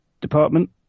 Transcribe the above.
department